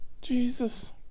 Jesus